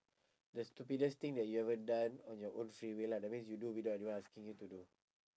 the stupidest thing that you ever done on your own free will lah that means you do without them asking you to do